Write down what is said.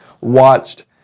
watched